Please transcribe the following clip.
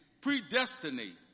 predestinate